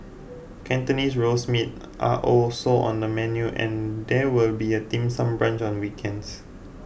Cantonese Roast Meats are also on the menu and there will be a dim sum brunch on weekends